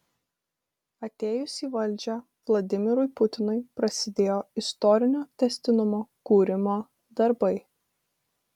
atėjus į valdžią vladimirui putinui prasidėjo istorinio tęstinumo kūrimo darbai